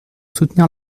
soutenir